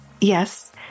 yes